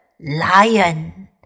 lion